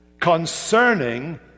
concerning